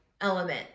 element